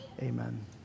Amen